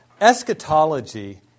eschatology